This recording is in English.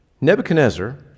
Nebuchadnezzar